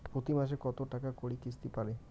প্রতি মাসে কতো টাকা করি কিস্তি পরে?